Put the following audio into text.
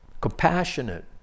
compassionate